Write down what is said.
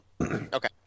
Okay